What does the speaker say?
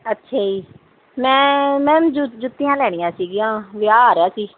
ਅੱਛਾ ਜੀ ਮੈਂ ਮੈਮ ਜੁੱਤੀਆਂ ਲੈਣੀਆਂ ਸੀ ਵਿਆਹ ਆ ਰਿਹਾ ਸੀ